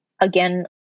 again